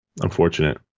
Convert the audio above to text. Unfortunate